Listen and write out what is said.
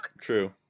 True